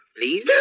Please